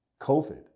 COVID